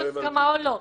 השאלה אם יש הסכמה או לא.